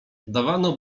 dawano